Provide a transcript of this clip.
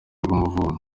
rw’umuvunyi